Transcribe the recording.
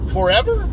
Forever